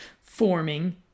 forming